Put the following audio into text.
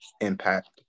impact